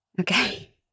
Okay